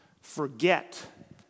forget